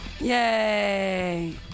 Yay